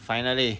finally